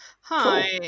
Hi